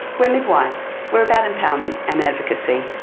we're midwives. we're about empowerment and advocacy.